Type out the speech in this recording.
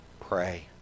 pray